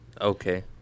Okay